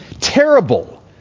terrible